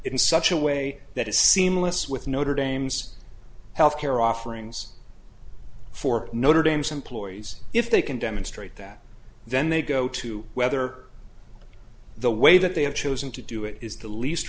in such a way that is seamless with notre dame's health care offerings for notre dame's employees if they can demonstrate that then they go to whether the way that they have chosen to do it is the least